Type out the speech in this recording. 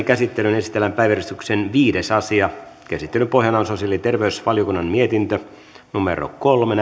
käsittelyyn esitellään päiväjärjestyksen viides asia käsittelyn pohjana on sosiaali ja terveysvaliokunnan mietintö kolme